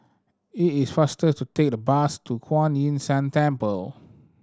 it is faster to take the bus to Kuan Yin San Temple